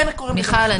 זה --- מיכל,